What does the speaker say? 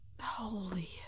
Holy